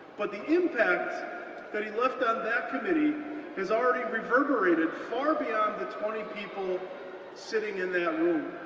but the impact that he left on that committee has already reverberated far beyond the twenty people sitting in that room.